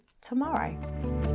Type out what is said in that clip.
tomorrow